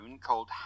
called